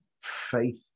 Faith